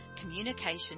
communication